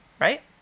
Right